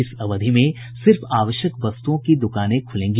इस अवधि में सिर्फ आवश्यक वस्तुएं की दुकानें खुलेंगी